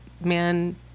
man